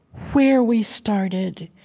where we started,